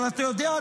אבל אתה יודע,